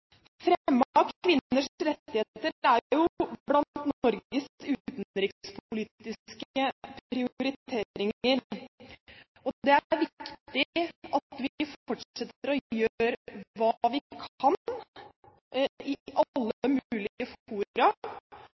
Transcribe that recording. Fremme av kvinners rettigheter er blant Norges utenrikspolitiske prioriteringer. Det er viktig at vi fortsetter å gjøre hva vi kan i alle mulig fora